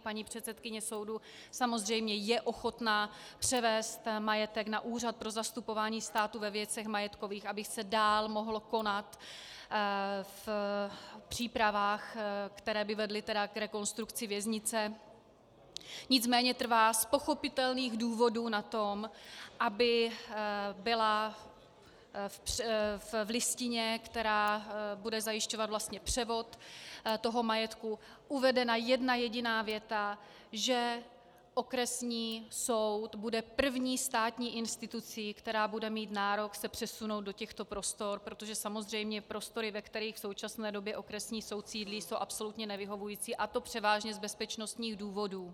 Paní předsedkyně soudu samozřejmě je ochotna převést majetek na Úřad pro zastupování státu ve věcech majetkových, aby se dále mohlo konat v přípravách, které by vedly k rekonstrukci věznice, nicméně trvá z pochopitelných důvodů na tom, aby byla v listině, která bude zajišťovat vlastně převod majetku, uvedena jedna jediná věta, že okresní soud bude první státní institucí, která bude mít nárok se přesunout do těchto prostor, protože samozřejmě prostory, ve kterých v současné době okresní soud sídlí, jsou absolutně nevyhovující, a to převážně z bezpečnostních důvodů.